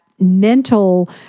mental